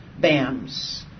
BAMs